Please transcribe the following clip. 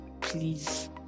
please